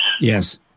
Yes